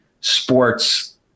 sports